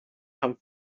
come